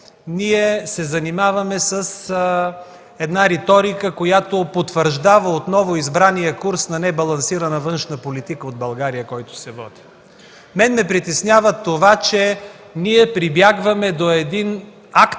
ние се занимаваме с една риторика, която потвърждава отново избрания курс на небалансирана външна политика от България, който се води. Мен ме притеснява това, че ние прибягваме до един акт